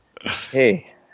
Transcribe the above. Hey